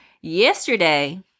yesterday